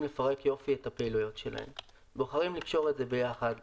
לפרק יופי את הפעילויות שלהם אם הם בוחרים לקשור את זה ביחד,